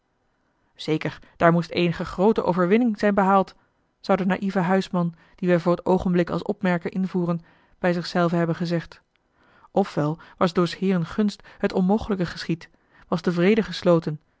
zeker daar moest eenige groote overwinning zijn behaald zou de naïeve huisman dien wij voor t oogenblik als opmerker invoeren bij zich zelven hebben gezegd of wel was door s heeren gunst het onmogelijke geschied was de vrede gesloten